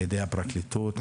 על-ידי הפרקליטות,